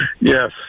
yes